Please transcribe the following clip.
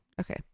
Okay